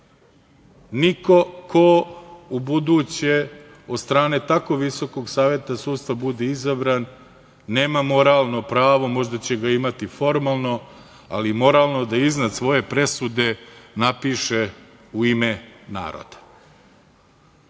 niko ko u buduće od strane tako Visokog saveta sudstva bude izabran nema moralno pravo, možda će ga imati formalno, ali moralno da iznad svoje presude napiše "U ime naroda".Mi